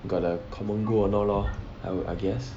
got a common goal or nor lor I would I guess